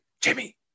Jimmy